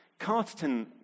Carterton